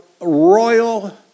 royal